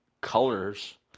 colors